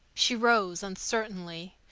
she rose uncertainly,